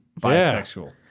Bisexual